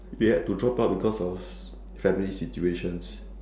they had to drop out because of family situations